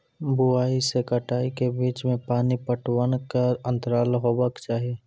बुआई से कटाई के बीच मे पानि पटबनक अन्तराल की हेबाक चाही?